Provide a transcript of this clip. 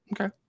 Okay